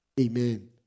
Amen